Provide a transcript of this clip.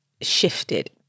shifted